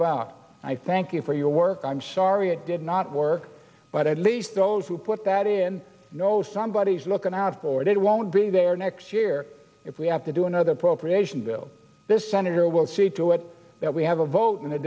about i thank you for your work i'm sorry it did not work but at least those who put that in know somebody is looking out for it it won't be there next year if we have to do another appropriation bill this senator will see to it that we have a vote in a